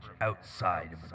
outside